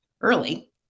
early